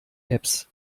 apps